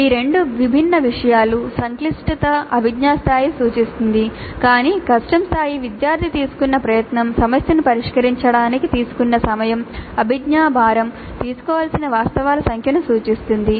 ఈ రెండు రెండు విభిన్న విషయాలు సంక్లిష్టత అభిజ్ఞా స్థాయిని సూచిస్తుంది కాని కష్టం స్థాయి విద్యార్థి తీసుకున్న ప్రయత్నం సమస్యను పరిష్కరించడానికి తీసుకున్న సమయం అభిజ్ఞా భారం తీసుకోవలసిన వాస్తవాల సంఖ్యను సూచిస్తుంది